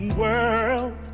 world